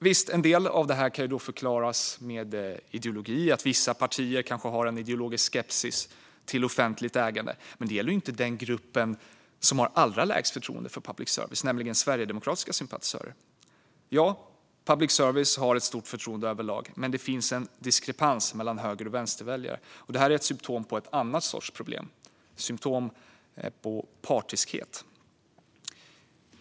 Visst kan en del av detta förklaras med att vissa partier kanske har en ideologisk skepsis till offentligt ägande. Men det gäller inte den grupp väljare som har allra lägst förtroende för public service, nämligen sverigedemokratiska sympatisörer. Public service har alltså ett stort förtroende överlag. Det finns dock en diskrepans mellan höger och vänsterväljare, och det är symtom på ett annat sorts problem, nämligen partiskhet.